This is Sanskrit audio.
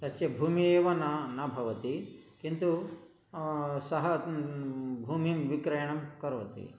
तस्य भूमि एव न न भवति किन्तु सः भूमिं विक्रयणं करोति